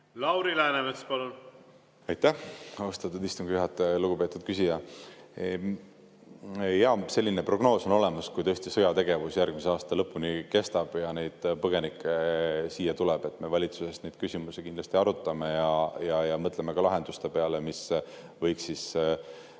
Lauri Läänemets, palun! Aitäh, austatud istungi juhataja! Lugupeetud küsija! Jah, selline prognoos on olemas, et kui sõjategevus järgmise aasta lõpuni kestab ja neid põgenikke siia tuleb. Me valitsuses neid küsimusi kindlasti arutame ja mõtleme ka lahenduste peale, mis võiks Eesti